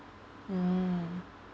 mm